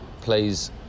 plays